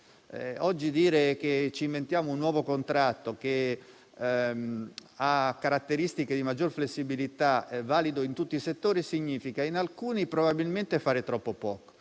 oggi che ci inventiamo un nuovo contratto, che ha caratteristiche di maggiore flessibilità, valido in tutti i settori, significa in alcuni casi probabilmente fare troppo poco